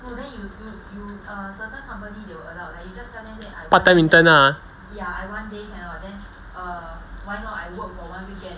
part time intern lah